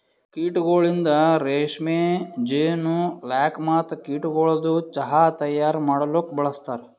ಕೀಟಗೊಳಿಂದ್ ರೇಷ್ಮೆ, ಜೇನು, ಲ್ಯಾಕ್ ಮತ್ತ ಕೀಟಗೊಳದು ಚಾಹ್ ತೈಯಾರ್ ಮಾಡಲೂಕ್ ಬಳಸ್ತಾರ್